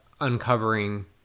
uncovering